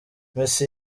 messi